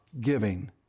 giving